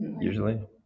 usually